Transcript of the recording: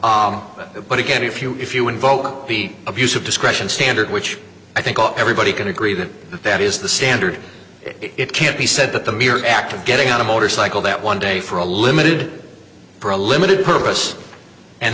now but again if you if you invoke the abuse of discretion standard which i think everybody can agree that if that is the standard it can't be said that the mere act of getting on a motorcycle that one day for a limited for a limited purpose and